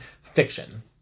fiction